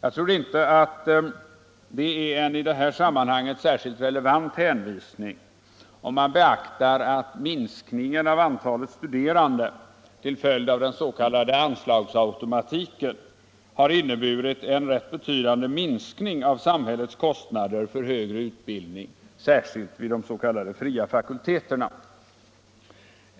Jag tror inte att det är en i det här sammanhanget särskilt relevant hänvisning. Om man beaktar minskningen av antalet studerande till följd av den s.k. anslagsautomatiken, så finner man en rätt betydande minskning av samhällets kostnader för högre utbildning, särskilt vid de s.k. fria fakulteterna.